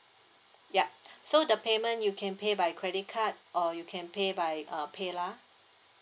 yup so the payment you can pay by credit card or you can pay by uh Paylah